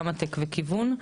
קמא-טק וכיוון,